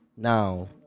Now